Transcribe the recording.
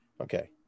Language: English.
Okay